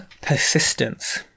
persistence